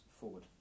forward